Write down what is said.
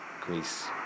greece